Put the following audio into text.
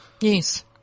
Yes